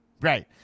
Right